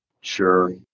Sure